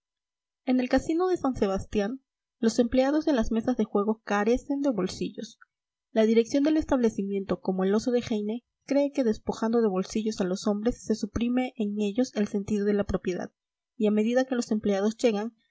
en el casino de san sebastián los empleados de las mesas de juego carecen de bolsillos la dirección del establecimiento como el oso de heine cree que despojando de bolsillos a los hombres se suprime en ellos el sentido de la propiedad y a medida que los empleados llegan